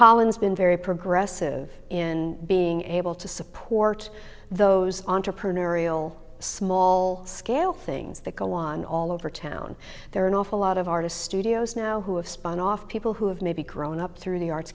hollins been very progressive in being able to support those entrepreneurial small scale things that go on all over town there are an awful lot of artists studios now who have spun off people who have maybe grown up through the arts